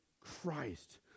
Christ